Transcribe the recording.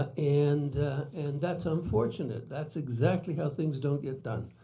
and and that's unfortunate. that's exactly how things don't get done.